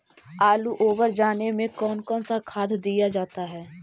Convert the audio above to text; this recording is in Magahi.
आलू ओवर जाने में कौन कौन सा खाद दिया जाता है?